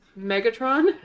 Megatron